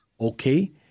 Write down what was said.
okay